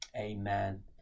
Amen